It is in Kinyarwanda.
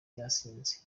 yasinze